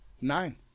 Nine